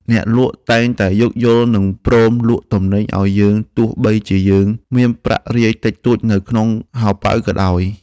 អ្នកលក់តែងតែយោគយល់និងព្រមលក់ទំនិញឱ្យយើងទោះបីជាយើងមានប្រាក់រាយតិចតួចនៅក្នុងហោប៉ៅក៏ដោយ។